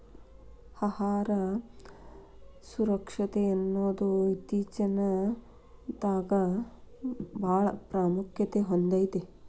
ಆಹಾರ ಸುರಕ್ಷತೆಯನ್ನುದು ಇತ್ತೇಚಿನಬಾಳ ಪ್ರಾಮುಖ್ಯತೆ ಹೊಂದೈತಿ